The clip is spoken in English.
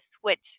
switch